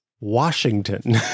Washington